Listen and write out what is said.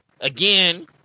again